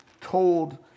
told